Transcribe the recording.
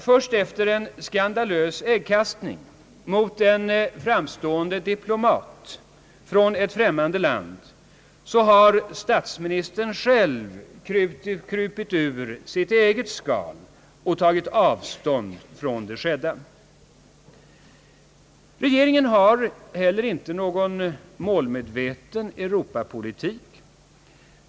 Först efter en skandalös äggkastning mot en framstående diplomat från ett främmande land har statsministern själv krupit ur sitt eget skal och tagit avstånd från det skedda. Regeringen har heller inte någon målmedveten Europapolitik.